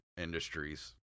industries